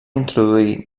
introduir